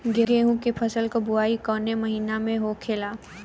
गेहूँ के फसल की बुवाई कौन हैं महीना में होखेला?